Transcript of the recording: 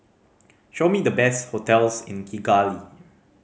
show me the best hotels in Kigali